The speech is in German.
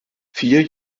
vier